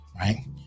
right